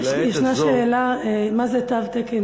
ישנה שאלה מה זה תו תקן